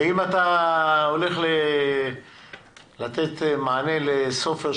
אתה הולך לתת מענה לסופר,